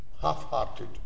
half-hearted